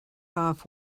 off